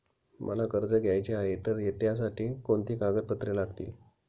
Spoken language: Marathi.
मला कर्ज घ्यायचे आहे तर त्यासाठी कोणती कागदपत्रे लागतील?